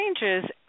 changes